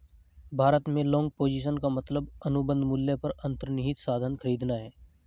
भविष्य में long position का मतलब अनुबंध मूल्य पर अंतर्निहित साधन खरीदना है